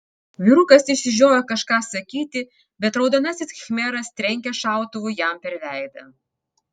vyrukas išsižioja kažką sakyti bet raudonasis khmeras trenkia šautuvu jam per veidą